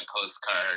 postcard